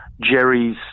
Jerry's